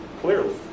Clearly